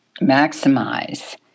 maximize